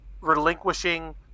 relinquishing